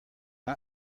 not